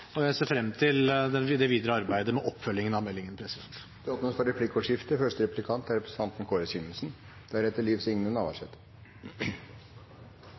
og jeg ser frem til det videre arbeidet med oppfølgingen av meldingen. Det blir replikkordskifte.